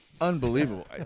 Unbelievable